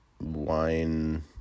wine